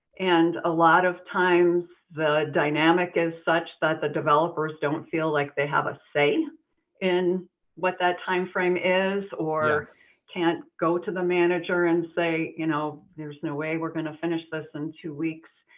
and a lot of times the dynamic is such that the developers don't feel like they have a say in what that timeframe is or can't go to the manager and say you know there's no way we're gonna finish this in two weeks.